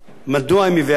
מדוע היא מביאה את החוק הזה.